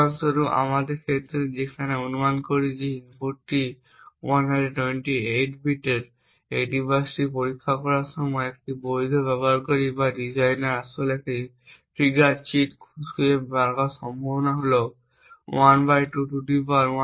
উদাহরণস্বরূপ আমাদের ক্ষেত্রে যেখানে আমরা অনুমান করি যে ইনপুটটি 128 বিটের এই ডিভাইসটির পরীক্ষার সময় একজন বৈধ ব্যবহারকারী বা ডিজাইনার আসলে এমন একটি ট্রিগার চিট কোড খুঁজে পাওয়ার সম্ভাবনা হল ½128